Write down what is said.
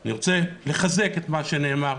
אני רוצה לחזק את מה שנאמר,